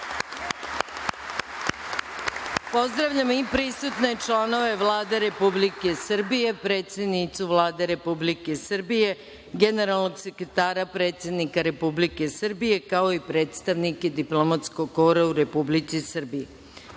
Pozdravljam i prisutne članove Vlade Republike Srbije, predsednicu Vlade Republike Srbije, generalnog sekretara predsednika Republike Srbije, kao i predstavnike diplomatskog kora u Republici Srbiji. Sada